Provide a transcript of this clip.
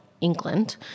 England